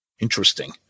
interesting